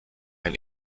ein